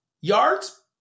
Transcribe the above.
Yards